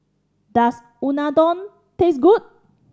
does Unadon taste good